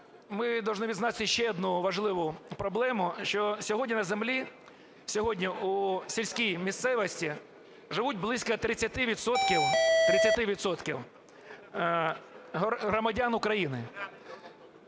ми повинні відзначити ще одну важливу проблему, що сьогодні на землі, сьогодні у сільській місцевості живуть близько 30 відсотків